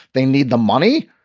they need the money.